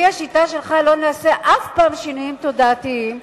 לפי השיטה שלך לא נעשה אף פעם שינויים תודעתיים,